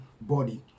body